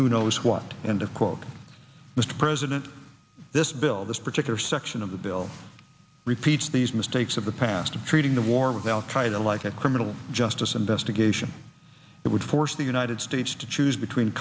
who knows what and to quote mr president this bill this particular section of the bill repeats these mistakes of the past of treating the war with al qaeda like a criminal justice investigation that would force the united states to choose between